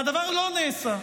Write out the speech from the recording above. והדבר לא נעשה,